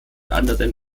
anderen